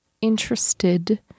interested